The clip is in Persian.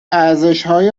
ارزشهای